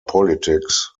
politics